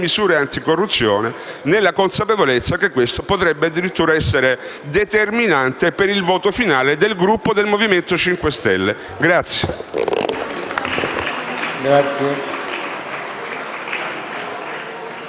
di anticorruzione, nella consapevolezza che ciò potrebbe addirittura essere determinante per il voto finale del Gruppo Movimento 5 Stelle.